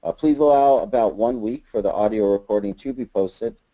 ah please allow about one week for the audio recording to be posted.